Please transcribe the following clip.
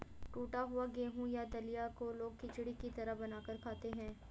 टुटा हुआ गेहूं या दलिया को लोग खिचड़ी की तरह बनाकर खाते है